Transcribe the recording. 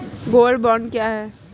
Gold bond क्या है?